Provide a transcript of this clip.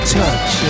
touch